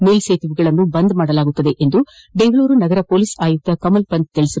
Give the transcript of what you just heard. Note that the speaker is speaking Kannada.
ಮೇಲ್ಲೇತುವೆಗಳನ್ನು ಬಂದ್ ಮಾಡಲಾಗುತ್ತದೆ ಎಂದು ಬೆಂಗಳೂರು ನಗರ ಪೊಲೀಸ್ ಆಯುಕ್ತ ಕಮಲ್ ಪಂತ್ ತಿಳಿಸಿದ್ದಾರೆ